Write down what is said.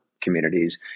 communities